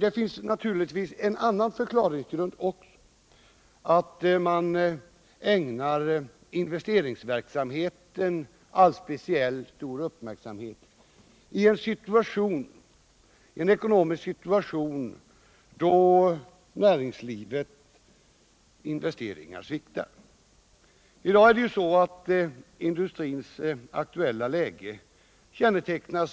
Det finns naturligtvis också andra förklaringar till att man ägnar investeringsverksamheten speciellt stor uppmärksamhet i en situation då näringslivets investeringsförmåga sviktar. I dag kännetecknas ju industrins läge